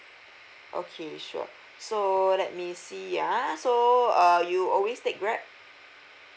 okay sure so let me see ah so uh you always take grab